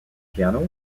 piano